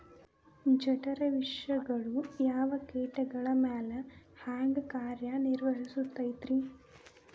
ಜಠರ ವಿಷಗಳು ಯಾವ ಕೇಟಗಳ ಮ್ಯಾಲೆ ಹ್ಯಾಂಗ ಕಾರ್ಯ ನಿರ್ವಹಿಸತೈತ್ರಿ?